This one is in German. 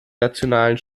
nationalen